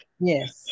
Yes